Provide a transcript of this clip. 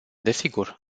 desigur